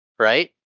right